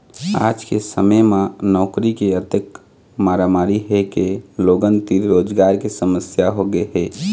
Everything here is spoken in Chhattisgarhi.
आज के समे म नउकरी के अतेक मारामारी हे के लोगन तीर रोजगार के समस्या होगे हे